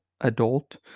adult